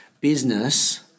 business